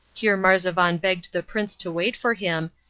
here marzavan begged the prince to wait for him,